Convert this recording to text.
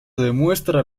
demuestra